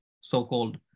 So-called